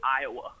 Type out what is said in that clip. Iowa